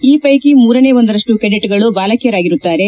ಈ ಪೈಕಿ ಮೂರನೇ ಒಂದರಷ್ಟು ಕೆಡೆಚ್ಗಳು ಬಾಲಕಿಯರಾಗಿರುತ್ತಾರೆ